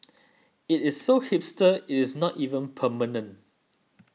it is so hipster it is not even permanent